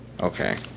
Okay